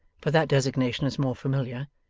for that designation is more familiar,